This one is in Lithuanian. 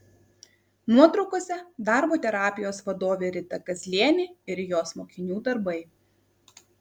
nuotraukose darbo terapijos vadovė rita kazlienė ir jos mokinių darbai